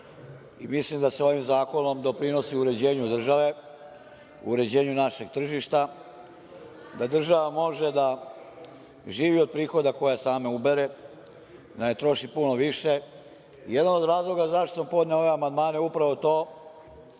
i mislim da se ovim zakonom doprinosi uređenju države, uređenju našeg tržišta. Da država može da živi od prihoda koje sama ubere, da ne troši puno više. Jedan od razloga zašto sam podneo ove amandmane upravo to